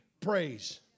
praise